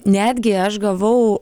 netgi aš gavau